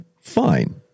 fine